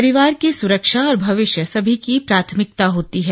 परिवार की सुरक्षा और भविष्य सभी की प्राथमिकता होती है